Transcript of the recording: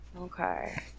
Okay